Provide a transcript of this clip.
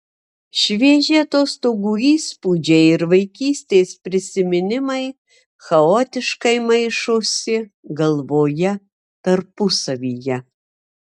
švieži atostogų įspūdžiai ir vaikystės prisiminimai chaotiškai maišosi galvoje tarpusavyje